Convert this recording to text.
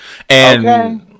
Okay